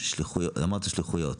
אמרת שליחויות.